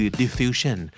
diffusion